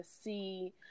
see